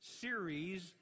series